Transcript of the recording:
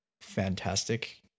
Fantastic